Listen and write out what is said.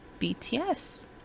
bts